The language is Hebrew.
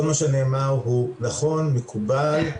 כל מה שנאמר הוא נכון, מקובל.